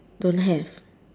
don't have